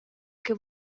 che